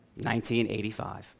1985